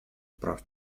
прав